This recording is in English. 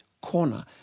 corner